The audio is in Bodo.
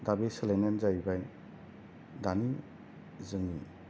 दा बे सोलायनायानो जाहैबाय दानि जोंनि